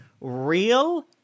real